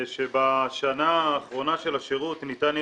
שבשנה האחרונה של השירות ניתן יהיה